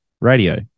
radio